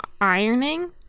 ironing